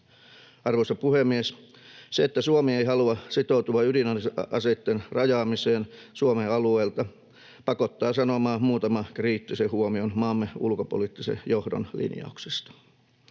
Arvoisa puhemies! Se, että Suomi ei halua sitoutua ydinaseitten rajaamiseen Suomen alueelta, pakottaa sanomaan muutaman kriittisen huomion maamme ulkopoliittisen johdon linjauksista.